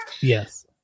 Yes